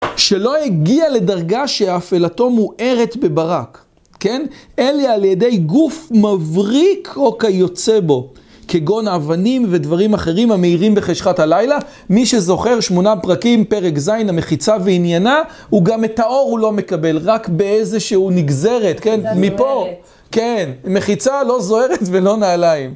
שלא הגיע לדרגה שאפלתו מוארת בברק, כן? אלא על ידי גוף מבריק או כיוצא בו, כגון אבנים ודברים אחרים המאירים בחשכת הלילה, מי שזוכר שמונה פרקים, פרק זין, המחיצה ועניינה, הוא גם את האור הוא לא מקבל, רק באיזשהו נגזרת, כן? מפה. כן, מחיצה לא זוהרת ולא נעליים.